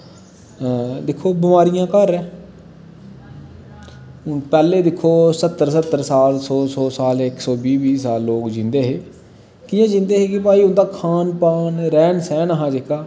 दिक्खो बमारियें दा घर पैह्लें पैह्लें दिक्खो सत्तर सत्तर साल सौ सौ बीह्बीह् साल लोग जींदे हे कियां जींदे हे कि उंदा खान पान रैह्न सैन हा जेह्का